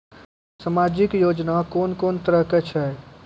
समाजिक योजना कून कून तरहक छै?